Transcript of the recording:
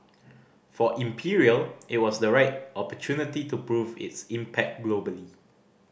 for Imperial it was the right opportunity to prove its impact globally